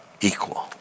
equal